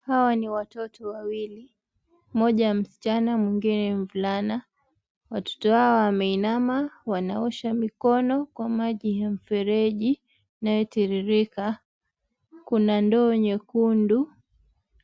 Hawa ni watoto wawili, mmoja msichana na mwingine mvulana. Watoto hawa wameinama wanaosha mikono kwa maji ya mfereji yanayotirika, kuna ndoo nyekundu